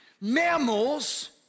mammals